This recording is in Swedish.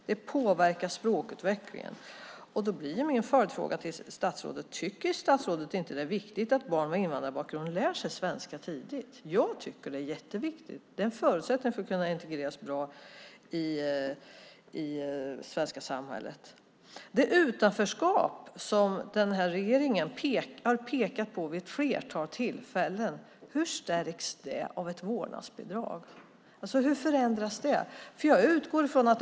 Det påverkar språkutvecklingen. Då blir min följdfråga till statsrådet: Tycker statsrådet inte att det är viktigt att barn med invandrarbakgrund lär sig svenska tidigt? Jag tycker att det är jätteviktigt. Det är en förutsättning för att man ska kunna integreras bra i svenska samhället. Jag undrar över det utanförskap som den här regeringen har pekat på vid ett flertal tillfällen. Hur stärks det av ett vårdnadsbidrag? Hur förändras det?